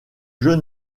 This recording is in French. jeu